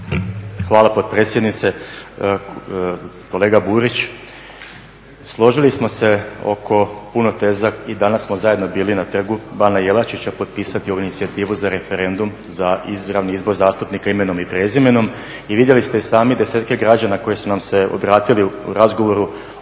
Hvala potpredsjednice. Kolega Burić, složili smo se oko puno teza i danas smo zajedno bili na trgu Bana Jelačića potpisati ovu inicijativu za referendum za izravni izbor zastupnika imenom i prezimenom i vidjeli ste i sami desetke građana koji su nam se obratili u razgovoru